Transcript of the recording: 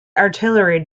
artillery